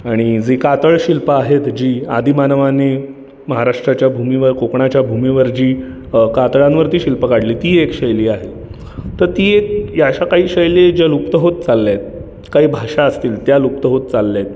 आणि जे कातळशिल्प आहेत जी आदिमानवांनी महाराष्ट्राच्या भूमीवर कोकणाच्या भूमीवर जी कातळांवरती शिल्प काढली ती एक शैली आहे तर ती एक या अशा काही शैली ज्या लुप्त होत चालल्या आहेत काही भाषा असतील त्या लुप्त होत चालल्या आहेत